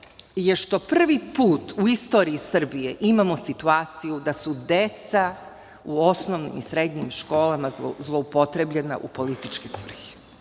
je što prvi put u istoriji Srbije imamo situaciju da su deca u osnovnim i srednjim školama zloupotrebljena u političke svrhe.